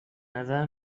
نظر